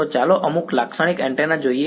તો ચાલો અમુક લાક્ષણિક એન્ટેના જોઈએ